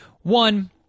One